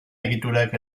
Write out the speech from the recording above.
egiturak